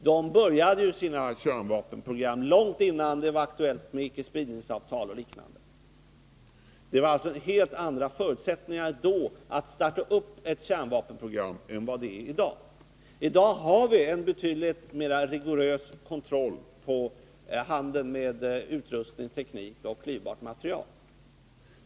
De började sina kärnvapenprogram långt innan det var aktuellt med icke-spridningsavtal och liknande. Det var alltså då helt andra förutsättningar för att starta ett kärnvapenprogram än vad som råder i dag. Nu har vi en betydligt mera rigorös kontroll över handeln med utrustning och teknik när det gäller klyvbart material.